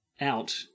out